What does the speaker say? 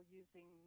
using